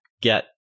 get